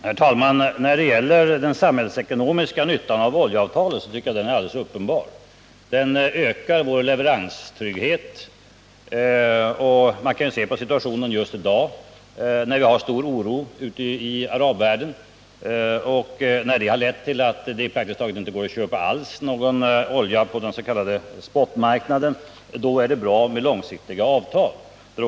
Herr talman! Den samhällsekonomiska nyttan av oljeavtalet tycker jag är alldeles uppenbar: den ökar vår leveranstrygghet. Man kan ju se på situationen på oljemarknaden just i dag. Händelserna i Iran har lett till att det praktiskt taget inte går att köpa någon olja alls på dens.k. spotmarknaden. Då är det bra att ha långsiktiga avtal.